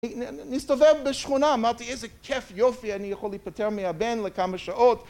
נסתובב בשכונה אמרתי איזה כיף יופי אני יכול להיפטר מהבן לכמה שעות